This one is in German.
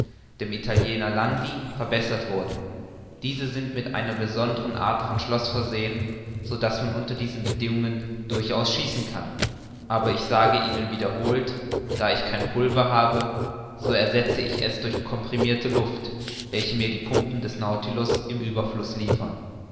dem italiener landi verbessert wurden diese sind mit einer besondern art von schloß versehen so daß man unter diesen bedingungen daraus schießen kann aber ich sage ihnen wiederholt da ich kein pulver habe so ersetze ich es durch comprimirte luft welche mir die pumpen des nautilus im ueberfluß liefern